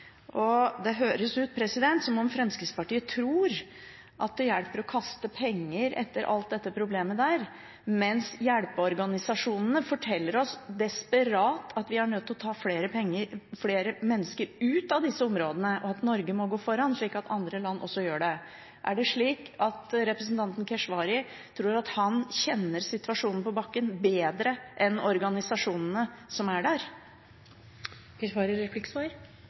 grensene. Det høres ut som om Fremskrittspartiet tror at det hjelper å kaste penger etter alt, etter problemet der, mens hjelpeorganisasjonene forteller oss desperat at vi er nødt til å ta flere mennesker ut av disse områdene, og at Norge må gå foran slik at andre land også gjør det. Er det slik at representanten Keshvari tror at han kjenner situasjonen på bakken bedre enn organisasjonene som er der?